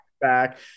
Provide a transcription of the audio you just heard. back